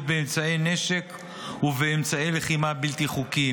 באמצעי נשק ובאמצעי לחימה בלתי חוקיים.